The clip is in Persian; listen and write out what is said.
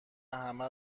همه